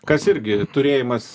kas irgi turėjimas